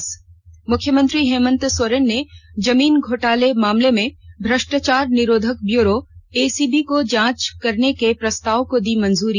से मुख्यमंत्री हेमंत सोरेन ने जमीन घोटाला मामले में भ्रष्टाचार निरोधक ब्यूरो एसीबी को जांच करने के प्रस्ताव को दी मंजरी